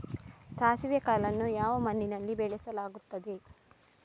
ಸಾಸಿವೆ ಕಾಳನ್ನು ಯಾವ ಮಣ್ಣಿನಲ್ಲಿ ಬೆಳೆಸಲಾಗುತ್ತದೆ?